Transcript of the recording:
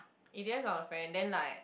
it depends on the friend then like